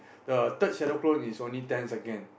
the third shadow clone is only ten second